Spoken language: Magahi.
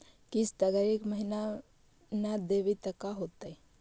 किस्त अगर एक महीना न देबै त का होतै?